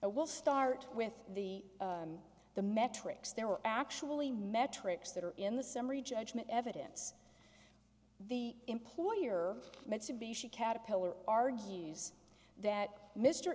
will start with the the metrics there are actually metrics that are in the summary judgment evidence the employer mitsubishi caterpillar argues that m